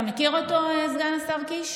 אתה מכיר אותו, סגן השר קיש?